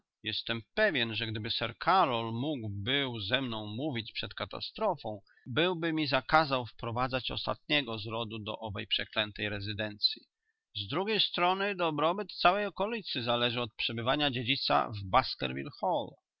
jestem pewien że gdyby sir karol mógł był ze mną mówić przed katastrofą byłby mi zakazał wprowadzać ostatniego z rodu do owej przeklętej rezydencyi z drugiej strony dobrobyt całej okolicy zależy od przebywania dziedzica w